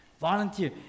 volunteer